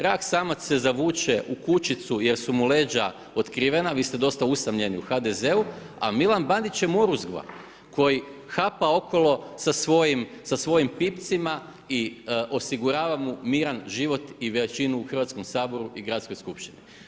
Rak samac se zavuče u kućicu jer su mu leđa otkrivena, vi ste dosta usamljeni u HDZ-u a Milan Bandić je moruzgva koji hapa okolo sa svojim, sa svojim pipcima i osigurava mu miran život i većinu u Hrvatskom saboru i Gradskoj skupštini.